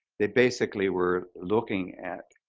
they basically were looking at